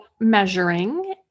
measuring